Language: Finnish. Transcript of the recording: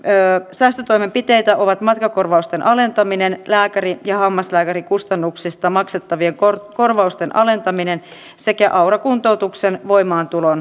ihmettelen mihin ovat unohtuneet lapsen etu ja lapsivaikutusten arviointi hallituksen päätöksissä